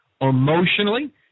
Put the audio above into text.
emotionally